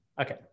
Okay